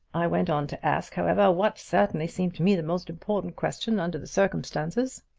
i went on to ask, however, what certainly seemed to me the most important question under the circumstances.